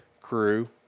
crew